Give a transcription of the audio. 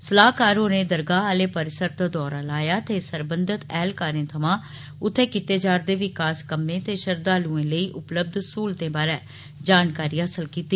सलाहकार होरें दरगाह आह्ले परिसर दा दौरा लाया ते सरबंधत ऐह्लकारें थमां उत्थें कीते जा रदे विकास कम्में ते श्रद्दालुएं लेई उपलब्य स्हूलतें बारै जानकारी हासल कीती